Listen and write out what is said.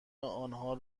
آنها